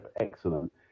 excellent